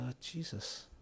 Jesus